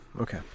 Okay